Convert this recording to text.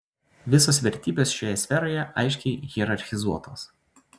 visos vertybės šioje sferoje aiškiai hierarchizuotos